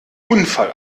unfall